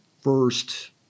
first